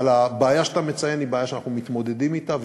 אבל הבעיה שאתה מציין היא בעיה שאנחנו מתמודדים אתה,